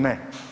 Ne.